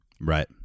Right